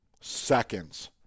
seconds